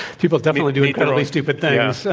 people definitely do incredibly stupid things yeah.